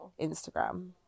Instagram